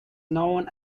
known